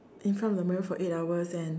in front of the mirror for eight hours and